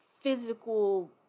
physical